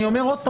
עוד פעם.